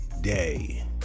day